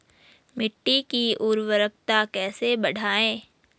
मिट्टी की उर्वरकता कैसे बढ़ायें?